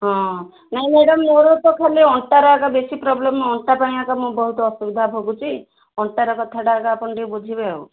ହଁ ନାଇ ମ୍ୟାଡ଼ାମ୍ ମୋର ତ ଖାଲି ଅଣ୍ଟାର ଏକା ବେଶୀ ପ୍ରୋବଲେମ୍ ଅଣ୍ଟା ପାଇଁ ମୁଁ ଏକା ବହୁତ ଅସୁବିଧା ଭୋଗୁଛି ଅଣ୍ଟାର କଥାଟା ଏକା ଆପଣ ଟିକେ ବୁଝିବେ ଆଉ